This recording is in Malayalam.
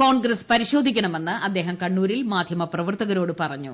കോൺഗ്രസ് പരിശോധിക്കണമെന്ന് അദ്ദേഹം കണ്ണൂരിൽ മാന്യമ പ്രവർത്തകരോട് പറഞ്ഞു